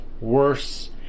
worse